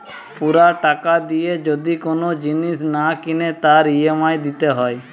পুরা টাকা দিয়ে যদি কোন জিনিস না কিনে তার ই.এম.আই দিতে হয়